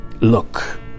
Look